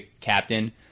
captain